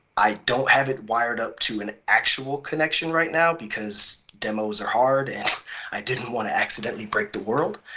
i don't have it wired up to an actual connection right now because demos are hard and i didn't want to accidentally break the world.